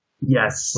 Yes